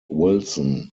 wilson